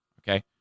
Okay